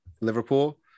Liverpool